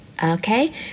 Okay